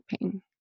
pain